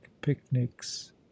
picnics